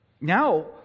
Now